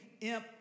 imp